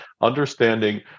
Understanding